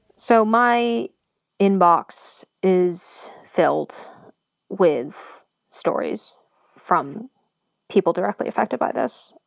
so my inbox is filled with stories from people directly affected by this,